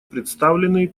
представленный